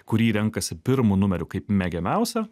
kurį renkasi pirmu numeriu kaip mėgiamiausią